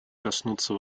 коснуться